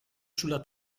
sulla